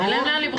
אין לאן לברוח.